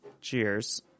Cheers